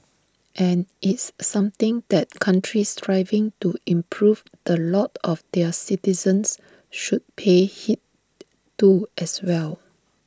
and it's something that countries striving to improve the lot of their citizens should pay heed to as well